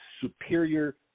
superior